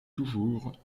toujours